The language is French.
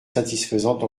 satisfaisante